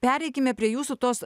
pereikime prie jūsų tos